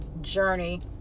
journey